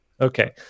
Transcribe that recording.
Okay